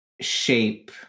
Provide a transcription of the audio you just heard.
shape